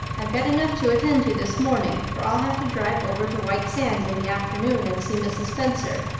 i've got enough to attend to this morning for i'll have to drive over to white sands in the afternoon and see mrs. spencer.